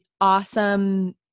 awesome